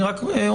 אני רק אומר,